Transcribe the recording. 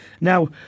Now